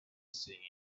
singing